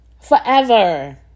forever